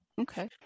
Okay